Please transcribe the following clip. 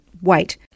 wait